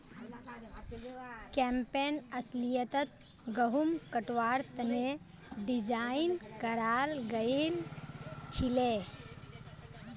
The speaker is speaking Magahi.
कैम्पैन अस्लियतत गहुम कटवार तने डिज़ाइन कराल गएल छीले